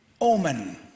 omen